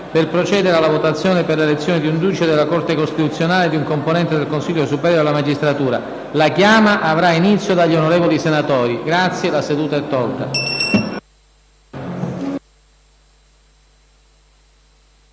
per procedere alla votazione per l'elezione di un giudice della Corte costituzionale e di un componente del Consiglio superiore della magistratura. La chiama avrà inizio dagli onorevoli senatori. |||||